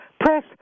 press